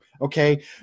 okay